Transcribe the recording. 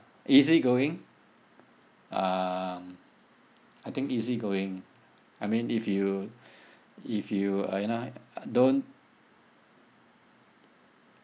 easy going um I think easy going I mean if you if you uh you know don't